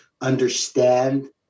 Understand